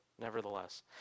nevertheless